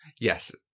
Yes